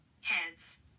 Heads